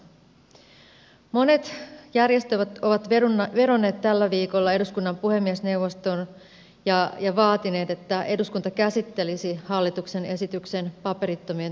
monet järjestöt ovat vedonneet tällä viikolla eduskunnan puhemiesneuvostoon ja vaatineet että eduskunta käsittelisi hallituk sen esityksen paperittomien terveydenhuollosta